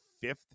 fifth